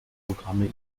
programme